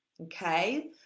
okay